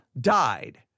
died